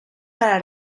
para